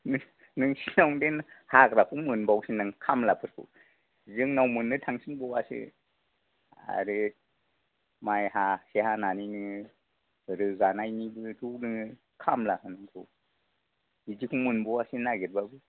नोंसोरनियावनो हाग्राखौ मोनबावोसो नों खामलाफोरखौ जोंनियाव मोननो थांसिनबावासो आरो माइ हासे हानानै नोङो रोगानायनिखौ नोङो खामलासो होनांगौ बिदिखौ मोनबावासो नागिरबाबो